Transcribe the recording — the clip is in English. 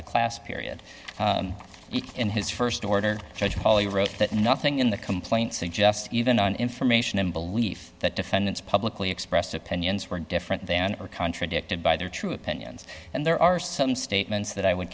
the class period in his st order judge pauley wrote that nothing in the complaint suggests even on information and belief that defendants publicly expressed opinions were different then or contradicted by their true opinions and there are some statements that i would